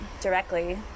directly